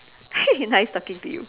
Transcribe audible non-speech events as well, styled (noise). (laughs) nice talking to you